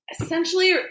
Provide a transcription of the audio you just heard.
essentially